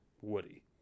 Woody